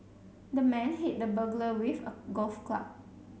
the man hit the burglar with a golf club